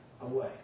away